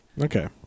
Okay